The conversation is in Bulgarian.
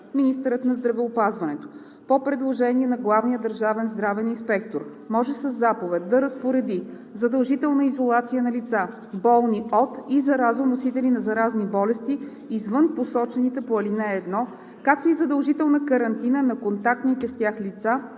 Министърът на здравеопазването по предложение на главния държавен здравен инспектор може със заповед да разпореди задължителна изолация на лица, болни от и заразоносители на заразни болести извън посочените по ал. 1, както и задължителна карантина на контактните с тях лица,